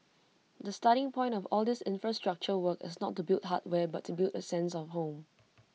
the starting point of all these infrastructure work is not to build hardware but to build A sense of home